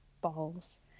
Balls